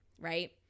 right